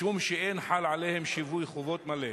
משום שאין חל עליהם שיווי חובות מלא.